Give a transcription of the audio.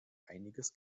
einiges